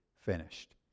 finished